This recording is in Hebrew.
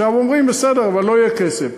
עכשיו אומרים, בסדר, אבל לא יהיה כסף.